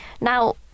Now